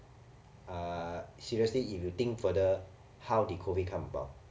uh seriously if you think further how did COVID come about